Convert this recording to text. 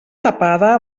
tapada